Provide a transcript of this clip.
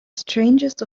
strangest